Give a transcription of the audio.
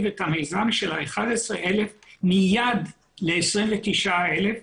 את המיזם של ה-11,000 מיד ל-29,000,